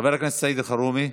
חבר הכנסת סעיד אלחרומי.